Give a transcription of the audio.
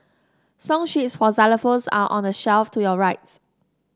song sheets for xylophones are on the shelf to your rights